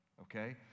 okay